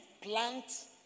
plant